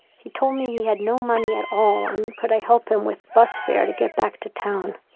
he told me he had no money at all, and could i help him with bus fare to get back to town.